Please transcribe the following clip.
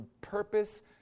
purpose